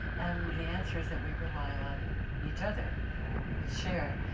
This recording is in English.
and the answer is that we rely on each other. you know we share.